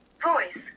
voice